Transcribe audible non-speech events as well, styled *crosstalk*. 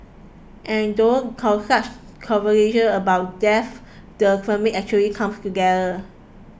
and through *unintelligible* such conversations about death the family actually comes together